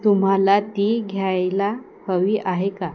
तुम्हाला ती घ्यायला हवी आहे का